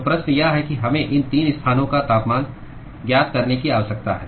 तो प्रश्न यह है कि हमें इन 3 स्थानों का तापमान ज्ञात करने की आवश्यकता है